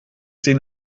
den